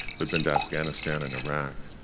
who'd been to afghanistan and iraq,